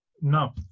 no